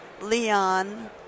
Leon